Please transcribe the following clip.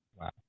Wow